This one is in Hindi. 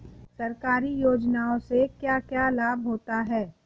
सरकारी योजनाओं से क्या क्या लाभ होता है?